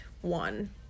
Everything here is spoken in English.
one